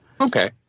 Okay